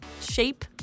shape